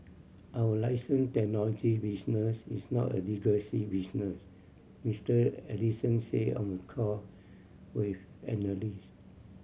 our license technology business is not a legacy business Mister Ellison said on a call with analyst